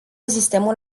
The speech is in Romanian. sistemul